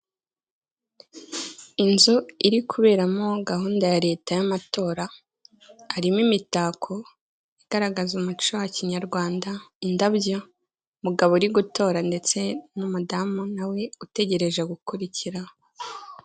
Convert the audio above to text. Inzu iri kuberamo gahunda ya leta y'amatora, harimo imitako igaragaza umuco wa kinyarwanda, indabyo, mugabo uri gutora ndetse n'umudamu nawe utegereje gukurikiraho.